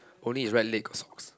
only his right leg got socks